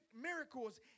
miracles